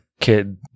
kid